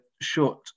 short